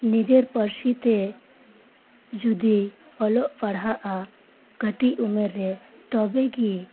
ᱱᱤᱡᱮᱨ ᱯᱟᱨᱥᱤ ᱛᱮ ᱡᱩᱫᱤ ᱚᱞᱚᱜ ᱯᱟᱲᱦᱟᱜᱼᱟ ᱠᱟᱴᱤᱡ ᱩᱢᱮᱨ ᱨᱮ ᱛᱚᱵᱮᱜᱮ